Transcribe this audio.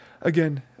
Again